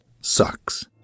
sucks